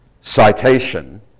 citation